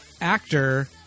actor